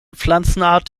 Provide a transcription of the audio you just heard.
pflanzenart